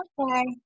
okay